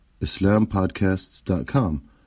islampodcasts.com